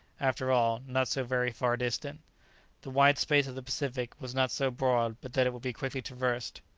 after all, not so very far distant the wide space of the pacific was not so broad but that it would be quickly traversed.